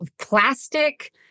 plastic